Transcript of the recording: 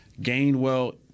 Gainwell